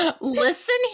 listen